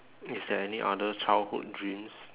is there any other childhood dreams